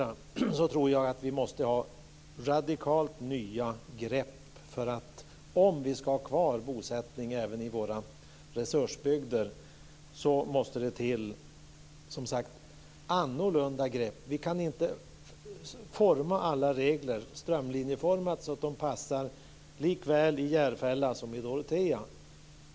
Jag tror att vi behöver radikalt nya grepp. Om vi ska ha kvar bosättning även i våra resursbygder måste det, som sagt, till annorlunda grepp. Vi kan inte strömlinjeforma alla regler så att de passar såväl i Järfälla som i Dorotea.